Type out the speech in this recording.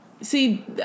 See